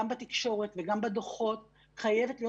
גם בתקשורת וגם בדוחות חייבת להיות